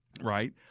Right